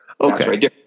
Okay